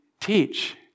teach